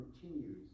continues